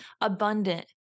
abundant